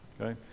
okay